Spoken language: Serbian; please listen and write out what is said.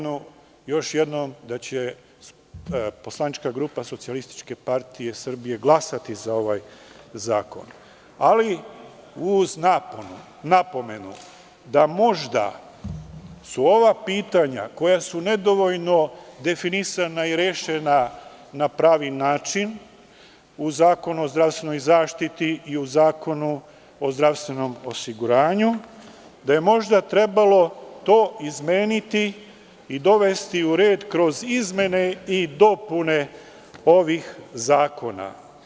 Još jednom, poslanička grupa SPS će glasati za ovaj zakon, ali uz napomenu da je možda pitanja, koja su nedovoljno definisana i rešena na pravi način u Zakonu o zdravstvenoj zaštiti i u Zakonu o zdravstvenom osiguranju, trebalo izmeniti i dovesti u red kroz izmene i dopune ovih zakona.